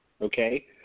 okay